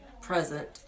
present